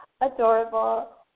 Adorable